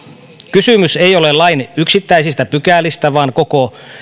kysymys ei ole lain yksittäisistä pykälistä vaan koko